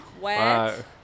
Wet